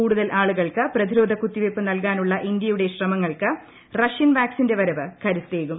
കൂടുതൽ ആളുകൾക്ക് പ്രതിരോധ കുത്തിവയ്പ്പ് നൽകാനുള്ള ഇന്ത്യയുടെ ശ്രമങ്ങൾക്ക് റൂഷ്യൻ വാക്സിന്റെ വരവ് കരുത്തേകും